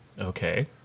okay